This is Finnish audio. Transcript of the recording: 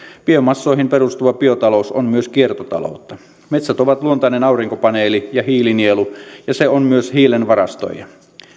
biomassoihin perustuva biotalous on myös kiertotaloutta metsä on luontainen aurinkopaneeli ja hiilinielu ja se on myös hiilen varastoija